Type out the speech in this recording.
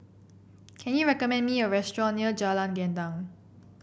can you recommend me a restaurant near Jalan Gendang